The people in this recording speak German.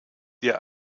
ihr